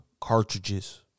cartridges